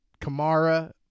Kamara